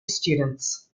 students